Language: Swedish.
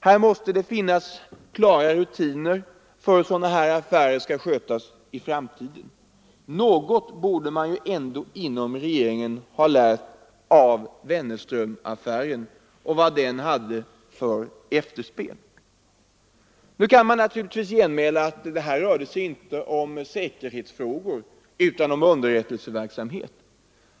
Här måste det finnas klara rutiner för hur sådana affärer skall skötas i framtiden. Något borde regeringen ha lärt av Wennerströmaffären och dess efterspel. Nu kan man naturligtvis genmäla att det inte rörde sig om säkerhetsfrågor utan om underrättelseverksamhet.